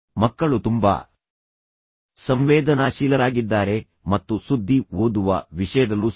ಮಕ್ಕಳು ತುಂಬಾ ಸಂವೇದನಾಶೀಲರಾಗಿದ್ದಾರೆ ಮತ್ತು ಸುದ್ದಿ ಓದುವ ವಿಷಯದಲ್ಲೂ ಸಹ